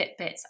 Fitbits